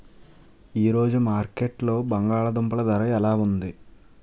ఈ రోజు మార్కెట్లో బంగాళ దుంపలు ధర ఎలా ఉంది?